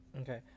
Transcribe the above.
Okay